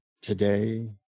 today